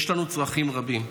יש לנו צרכים רבים.